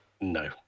no